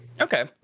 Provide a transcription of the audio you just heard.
Okay